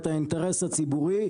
את האינטרס הציבורי,